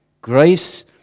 Grace